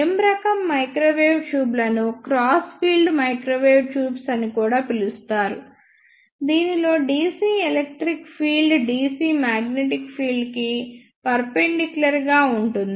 M రకం microwave tube లను crossed field microwave tubes అని కూడా పిలుస్తారు దీనిలో dc electric field dc magnetic field కి పర్ఫెన్దిక్యూలర్ గా ఉంటుంది